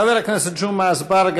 חבר הכנסת ג'מעה אזברגה,